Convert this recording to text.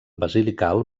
basilical